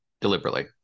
Deliberately